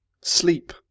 Sleep